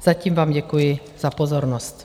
Zatím vám děkuji za pozornost.